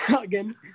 again